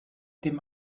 dem